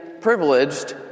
privileged